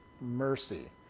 mercy